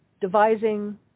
devising